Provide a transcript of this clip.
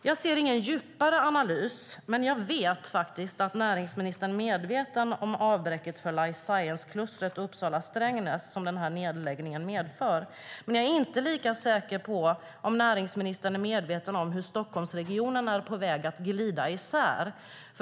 Jag ser ingen djupare analys, men jag vet att näringsministern är medveten om avbräcket för life science-klustret Uppsala-Strängnäs som den här nedläggningen medför, men jag är inte lika säker på att näringsministern är medveten om hur Stockholmsregionen är på väg att glida isär.